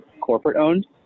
corporate-owned